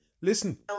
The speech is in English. Listen